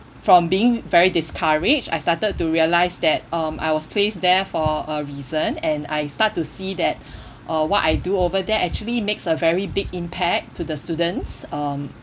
from being very discouraged I started to realise that um I was placed there for a reason and I start to see that uh what I do over there actually makes a very big impact to the students um